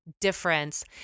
difference